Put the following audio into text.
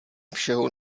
všeho